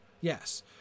Yes